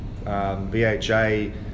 VHA